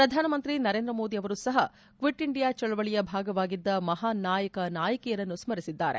ಪ್ರಧಾನಮಂತ್ರಿ ನರೇಂದ್ರ ಮೋದಿ ಅವರೂ ಸಹ ಕ್ಷಿಟ್ ಇಂಡಿಯಾ ಚಳವಳಿಯ ಭಾಗವಾಗಿದ್ದ ಮಹಾನ್ ನಾಯಕ ನಾಯಕಿಯರನ್ನು ಸ್ಮರಿಸಿದ್ದಾರೆ